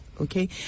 okay